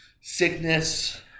Sickness